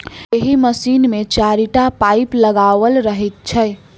एहि मशीन मे चारिटा पाइप लगाओल रहैत छै